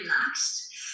relaxed